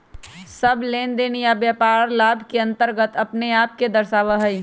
सब लेनदेन या व्यापार लाभ के अन्तर्गत अपने आप के दर्शावा हई